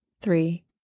three